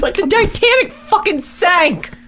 like the titanic fucking sank!